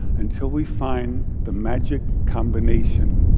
until we find the magic combination.